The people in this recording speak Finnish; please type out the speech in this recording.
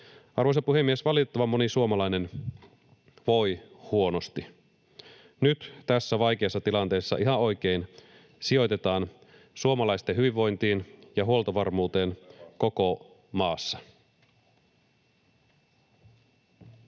Arvoisa puhemies! Valitettavan moni suomalainen voi huonosti. Nyt tässä vaikeassa tilanteessa ihan oikein sijoitetaan suomalaisten hyvinvointiin ja huoltovarmuuteen koko maassa.